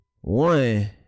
One